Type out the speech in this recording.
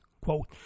Quote